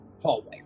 hallway